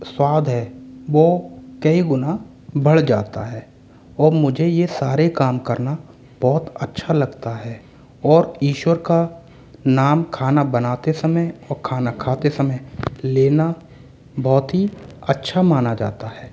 स्वाद है वो कई गुना बढ़ जाता है और मुझे ये सारे काम करना बहुत अच्छा लगता है और ईश्वर का नाम खाना बनाते समय और खाना खाते समय लेना गाँवों ही अच्छा माना जाता है